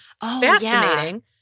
fascinating